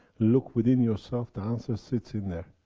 look within yourself, the answer sits in there.